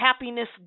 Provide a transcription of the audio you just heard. happiness